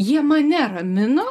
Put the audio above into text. jie mane ramino